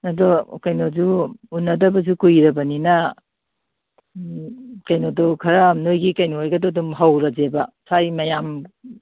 ꯑꯗꯣ ꯀꯩꯅꯣꯁꯨ ꯎꯅꯗꯕꯁꯨ ꯀꯨꯏꯔꯕꯅꯤꯅ ꯀꯩꯅꯣꯗꯨ ꯈꯔ ꯅꯣꯏꯒꯤ ꯀꯩꯅꯣꯍꯣꯏꯒꯗꯣ ꯑꯗꯨꯝ ꯍꯧꯔꯁꯦꯕ ꯁ꯭ꯋꯥꯏ ꯃꯌꯥꯝ